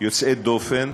יוצאי דופן,